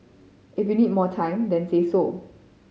if you need more time then say so